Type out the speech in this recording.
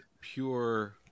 pure